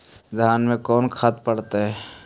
धान मे कोन खाद पड़तै?